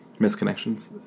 misconnections